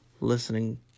listening